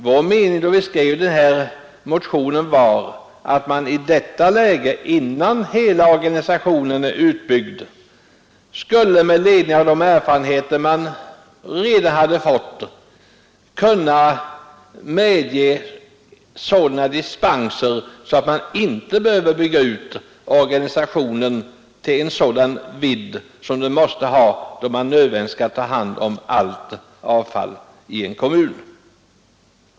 Vår mening då vi skrev motionen var att man i detta läge, innan hela organisationen är utbyggd, med ledning av de erfarenheter man redan hade fått skulle kunna medge sådana dispenser att man inte behövde bygga ut organisationen till en sådan vidd som den måste ha då man nödvändigtvis skall ta hand om allt avfall i en kommun.